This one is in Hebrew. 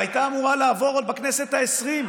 והייתה אמורה לעבור עוד בכנסת העשרים.